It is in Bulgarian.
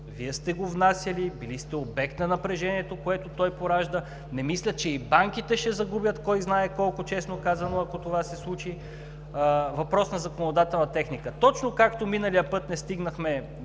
Вие сте го внасяли, били сте обект на напрежението, което той поражда. Не мисля, че и банките ще загубят кой знае колко, честно казано, ако това се случи – въпрос на законодателна техника. Точно както миналия път не стигнахме